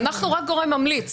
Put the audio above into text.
אנחנו רק גורם ממליץ.